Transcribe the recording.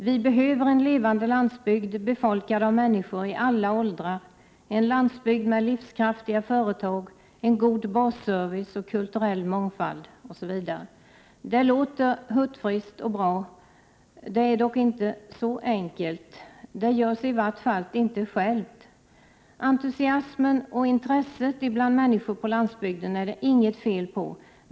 Vi behöver en levande landsbygd befolkad av människor i alla åldrar, en landsbygd med livskraftiga företag, en god basservice och kulturell mångfald” osv. Det låter hurtfriskt och bra men är inte så enkelt — i varje fall uppstår det inte av sig självt. Entusiasmen och intresset bland människorna på landsbygden är det inget fel på.